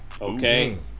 okay